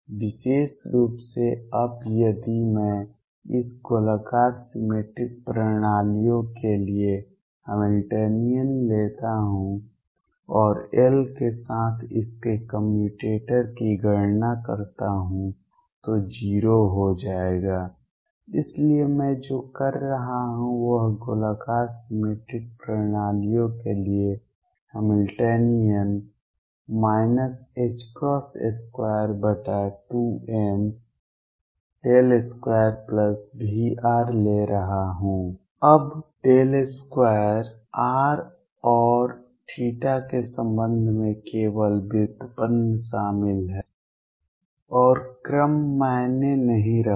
विशेष रूप से अब यदि मैं इस गोलाकार सिमेट्रिक प्रणालियों के लिए हैमिल्टनियन लेता हूं और L के साथ इसके कम्यूटेटर की गणना करता हूं तो 0 हो जाएगा इसलिए मैं जो कर रहा हूं वह गोलाकार सिमेट्रिक प्रणालियों के लिए हैमिल्टनियन 22m2Vr ले रहा हूं अब 2 r और θ के संबंध में केवल व्युत्पन्न शामिल हैं और क्रम मायने नहीं रखता